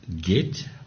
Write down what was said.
get